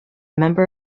member